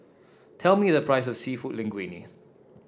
tell me the price of seafood Linguine